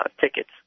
tickets